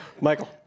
michael